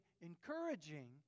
encouraging